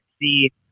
see